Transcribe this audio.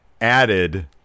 added